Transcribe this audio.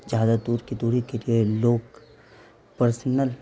زیادہ دور کی دوری کے لیے لوگ پرسنل